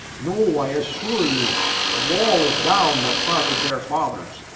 no, i assure you the wall is down that parted their fathers.